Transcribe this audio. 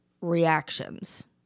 reactions